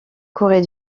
corée